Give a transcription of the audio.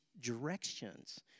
directions